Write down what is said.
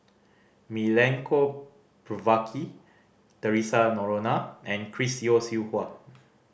Milenko Prvacki Theresa Noronha and Chris Yeo Siew Hua